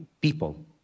people